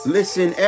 Listen